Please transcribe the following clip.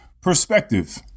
perspective